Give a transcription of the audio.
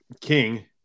King